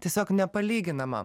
tiesiog nepalyginama